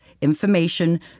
information